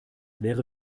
wäre